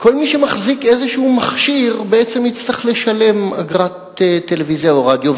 כל מי שמחזיק איזה מכשיר בעצם יצטרך לשלם אגרת טלוויזיה או רדיו.